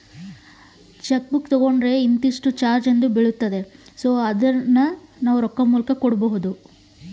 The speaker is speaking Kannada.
ಚೆಕ್ ಬುಕ್ ತೊಗೊಂಡ್ರ ಮ್ಯಾಲೆ ರೊಕ್ಕ ಕೊಡಬೇಕರಿ?